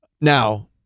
Now